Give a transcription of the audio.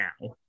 now